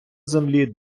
землі